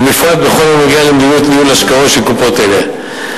בפרט בכל הנוגע למדיניות ניהול ההשקעות של קופות אלה.